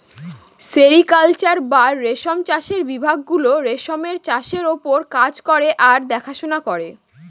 sericulture বা রেশম চাষের বিভাগ গুলো রেশমের চাষের ওপর কাজ করে আর দেখাশোনা করে